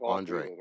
Andre